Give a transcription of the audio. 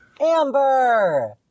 Amber